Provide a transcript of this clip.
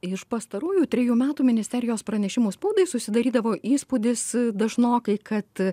iš pastarųjų trejų metų ministerijos pranešimų spaudai susidarydavo įspūdis dažnokai kad